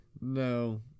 No